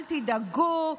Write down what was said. אל תדאגו,